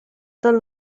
dal